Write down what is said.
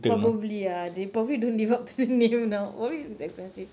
probably ah they probably don't live up to the name now probably it's expensive